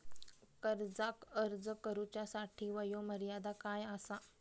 कर्जाक अर्ज करुच्यासाठी वयोमर्यादा काय आसा?